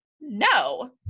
no